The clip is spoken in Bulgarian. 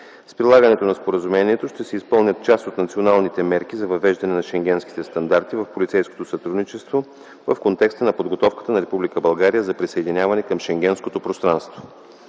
С прилагането на споразумението ще се изпълнят част от националните мерки за въвеждане на шенгенските стандарти в полицейското сътрудничество в контекста на подготовката на Република България за присъединяване към Шенгенското пространство.